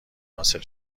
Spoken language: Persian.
حاصل